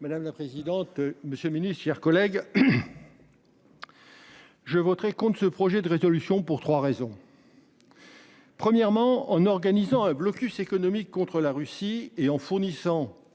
Madame la présidente. Monsieur le Ministre, chers collègues. Je voterai contre ce projet de résolution pour 3 raisons. Premièrement en organisant un blocus économique contre la Russie et en fournissant